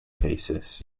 cases